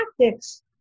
tactics